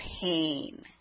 pain